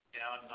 down